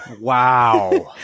Wow